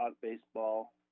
baseball